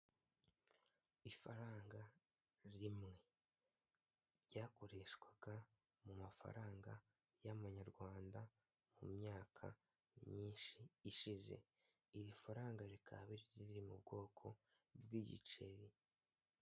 Ifaranga rimwe ryakoreshwaga mu mafaranga y'amanyarwanda, mu myaka myinshi ishize, iri faranga rikaba riri mu bwoko bw'igiceri.